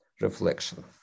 reflection